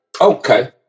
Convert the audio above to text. okay